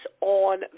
On